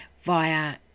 via